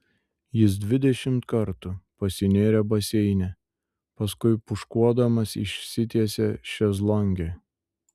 jis dvidešimt kartų pasinėrė baseine paskui pūškuodamas išsitiesė šezlonge